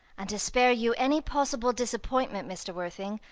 and to spare you any possible disappointment, mr. worthing,